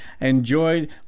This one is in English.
enjoyed